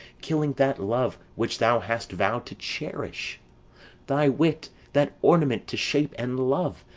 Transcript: killing that love which thou hast vow'd to cherish thy wit, that ornament to shape and love,